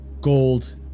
gold